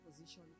position